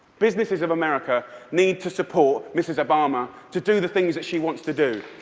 businesses of america need to support mrs. obama to do the things that she wants to do.